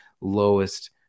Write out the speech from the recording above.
lowest